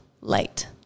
light